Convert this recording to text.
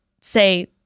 say